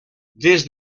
des